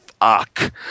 Fuck